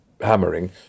hammering